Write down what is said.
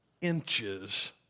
inches